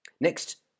Next